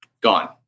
gone